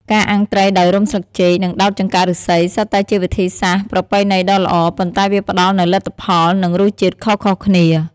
ការអាំងត្រីដោយរុំស្លឹកចេក និងដោតចង្កាក់ឫស្សី សុទ្ធតែជាវិធីសាស្រ្តប្រពៃណីដ៏ល្អ ប៉ុន្តែវាផ្តល់នូវលទ្ធផល និងរសជាតិខុសៗគ្នា។